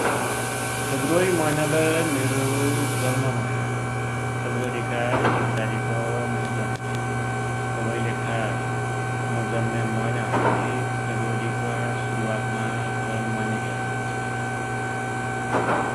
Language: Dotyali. फ्रेवुवरी मैनालै मेरो जन्म मैना, फ्रेवुवरी एक तारिक मुइ जन्म्या, तवैकिलेखा मुइ जन्म्या मैना हुनाले फ्रेवुवरीका सुरुवातमा तै मैनाकी याद औन्छी ।